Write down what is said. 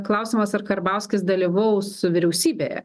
klausimas ar karbauskis dalyvaus vyriausybėje